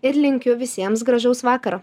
ir linkiu visiems gražaus vakaro